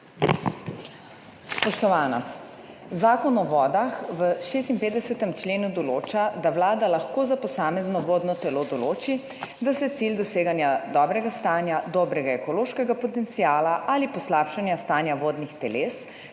Spoštovana! Zakon o vodah v 56. členu določa, da Vlada lahko za posamezno vodno telo določi, da se cilji doseganja dobrega stanja, dobrega ekološkega potenciala ali [preprečevanje] poslabšanja stanja vodnih teles,